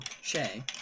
Shay